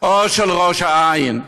או של ראש העין,